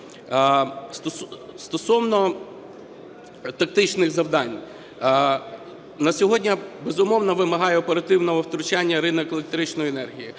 Стосовно тактичних завдань. На сьогодні, безумовно, вимагає оперативного втручання ринок електричної енергії.